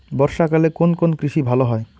বর্ষা কালে কোন কোন কৃষি ভালো হয়?